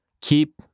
keep